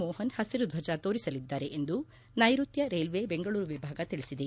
ಮೋಹನ್ ಹಬರು ಧ್ವಜ ತೋರಿಸಲಿದ್ದಾರೆ ಎಂದು ನೈರುತ್ತ ರೈಲ್ವೆ ಬೆಂಗಳೂರು ವಿಭಾಗ ತಿಳಿಸಿದೆ